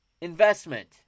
investment